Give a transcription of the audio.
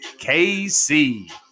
KC